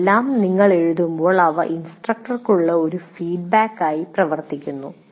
ഇതെല്ലാം നിങ്ങൾ എഴുതുമ്പോൾ അവ ഇൻസ്ട്രക്ടർക്കുള്ള ഒരു ഫീഡ്ബാക്കായി പ്രവർത്തിക്കുന്നു